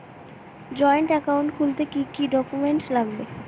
Joint account খুলতে কি কি ডকুমেন্টস লাগবে?